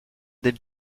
des